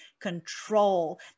control